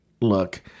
look